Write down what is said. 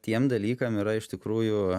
tiem dalykam yra iš tikrųjų